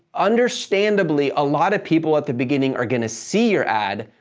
understandably, a lot of people at the beginning are going to see your ad,